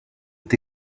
est